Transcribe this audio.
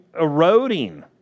eroding